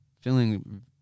feeling